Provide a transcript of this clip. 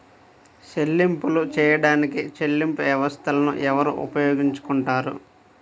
చెల్లింపులు చేయడానికి చెల్లింపు వ్యవస్థలను ఎవరు ఉపయోగించుకొంటారు?